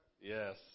Yes